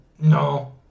No